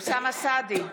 אוסאמה סעדי,